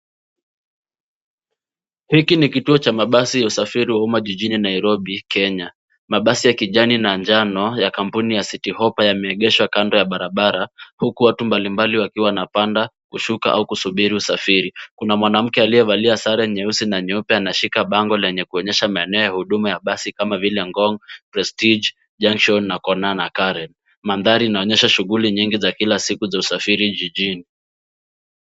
Hiki ni kituo cha mabasi ya usafiri wa umma jijini nairobi kenya. Mabasi ya kijani na njano ya kampuni ya city hoppa yameegeshwa kando ya barabara, huku watu mbali mbali wakiwa wanapanda, kushuka au kusubiri usafiri. Kuna mwanamke aliyevalia sare nyeusi na nyeupe anashika bango lenye kuonyesha maeneo ya huduma ya basi kama vile ngong, prestige, junction, kona na caren. Mandhari inaonyesha shughuli nyingi za kila siku za usafiri jijini.